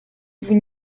vous